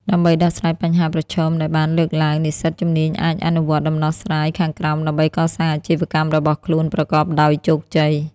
ដើម្បីដោះស្រាយបញ្ហាប្រឈមដែលបានលើកឡើង និស្សិតជំនាញអាចអនុវត្តដំណោះស្រាយខាងក្រោមដើម្បីកសាងអាជីវកម្មរបស់ខ្លួនប្រកបដោយជោគជ័យ។